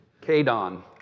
K-Don